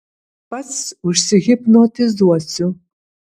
pats užsihipnotizuosiu